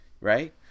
right